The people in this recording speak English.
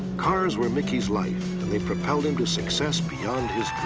cars were mickey's life and they propelled him to success beyond his